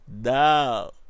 no